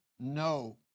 no